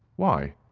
why?